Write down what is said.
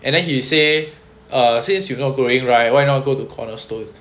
and then he say err since you not going right why not go to corner stones